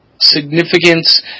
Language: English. significance